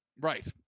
right